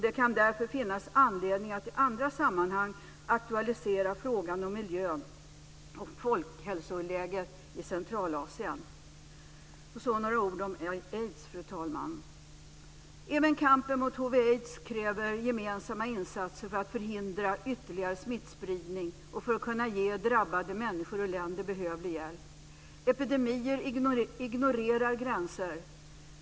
Det kan därför finnas anledning att i andra sammanhang aktualisera frågan om miljön och folkhälsoläget i Centralasien. Så vill jag säga några ord om hiv aids kräver gemensamma insatser för att man ska kunna förhindra ytterligare smittspridning och för att man ska kunna ge drabbade människor och länder behövlig hjälp. Epidemier ignorerar gränser.